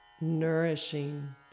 nourishing